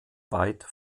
weit